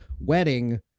wedding